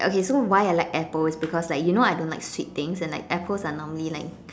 okay so why I like apple is because like you know I don't like sweet things and like apples are normally like